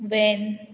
van